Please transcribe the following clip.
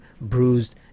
bruised